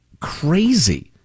crazy